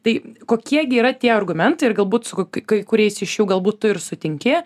tai kokie gi yra tie argumentai ir galbūt su kai kuriais iš jų galbūt tu ir sutinki